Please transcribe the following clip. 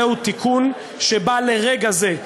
זהו תיקון שבא לרגע זה.